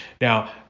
Now